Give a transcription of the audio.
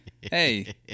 Hey